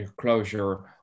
closure